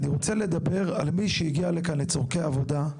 אני רוצה לדבר על מי שהגיע לכאן לצרכי עבודה,